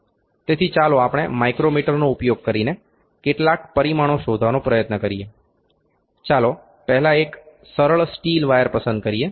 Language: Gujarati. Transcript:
તેથી ચાલો આપણે માઇક્રોમીટરનો ઉપયોગ કરીને કેટલાક પરિમાણો શોધવાનો પ્રયત્ન કરીએ ચાલો પહેલા એક સરળ સ્ટીલ વાયર પસંદ કરીએ